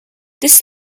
this